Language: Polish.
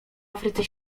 afryce